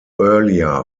earlier